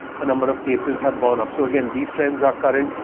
the number of cases have gone up. so, again, these trends are current.